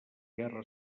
guerra